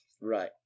Right